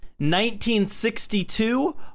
1962